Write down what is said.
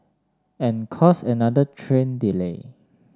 and cause another train delay